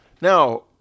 Now